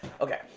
Okay